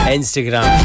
Instagram